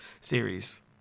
series